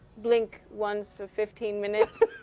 blink once for fifteen minutes.